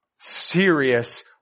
Serious